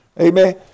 Amen